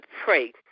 pray